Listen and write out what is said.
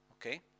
Okay